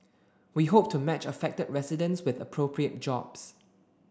we hope to match affected residents with appropriate jobs